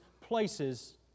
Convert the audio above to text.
places